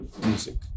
music